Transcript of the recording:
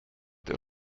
der